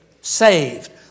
saved